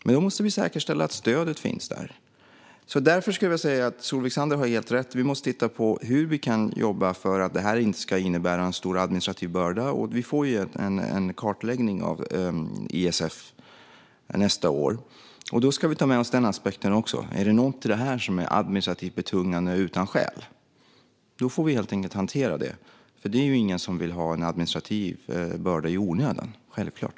Men då måste vi säkerställa att stödet finns där. Solveig Zander har helt rätt. Vi måste titta på hur vi kan jobba för att det inte ska innebära en stor administrativ börda. Vi får en kartläggning av ISF nästa år. Då ska vi ta med oss också den aspekten. Är det något i detta som är administrativt betungande utan skäl? Då får vi helt enkelt hantera det. Det är ingen som vill ha en administrativ börda i onödan, självklart.